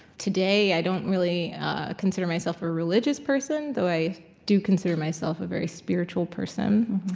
today, i don't really consider myself a religious person, though i do consider myself a very spiritual person.